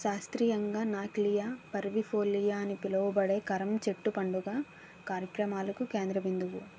శాస్త్రీయంగా నాక్లియా పర్విఫోలియా అని పిలువబడే కరమ్ చెట్టు పండుగ కార్యక్రమాలకు కేంద్రబిందువు